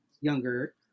younger